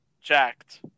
jacked